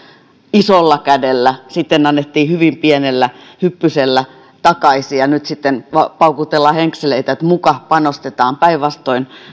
isolla kädellä ja sitten annettiin hyvin pienellä hyppysellä takaisin ja nyt sitten paukutellaan henkseleitä että muka panostetaan päinvastoin